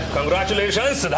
Congratulations